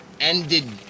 ended